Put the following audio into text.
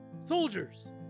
Soldiers